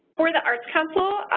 for the arts council,